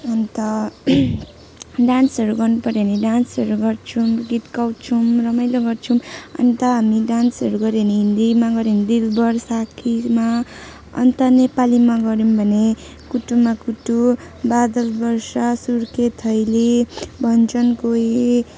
अन्त डान्सहरू गर्नु पऱ्यो भने डान्सहरू गर्छौँ गीत गाउँछौँ रमाइलो गर्छौँ अन्त हामी डान्सहरू गऱ्यो भने हिन्दीमा गर्यो भने हिन्दीमा गऱ्यो भने दिलबर साखीमा अन्त नेपालीमा गर्यौँ भने कुटुमा कुटु बादल वर्षा सुर्के थैली भन्छन् कोही